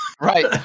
Right